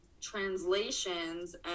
translations